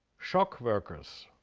shock workers,